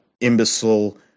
imbecile